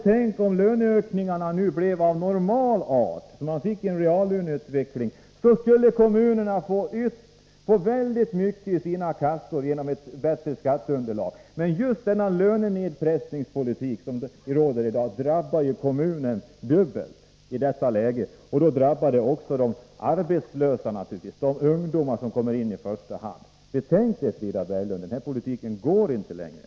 Tänk om löneökningen bara blev av normal art, så att man fick en reallöneutveckling! Då skulle kommunerna få väldigt mycket i sina kassor genom ett bättre skatteunderlag. Men just denna lönenedpressningspolitik som råder i dag drabbar kommunerna dubbelt i detta läge. Och då drabbar det naturligtvis också de arbetslösa, de unga i första hand. Betänk det, Frida Berglund! Det går inte längre att föra den här politiken.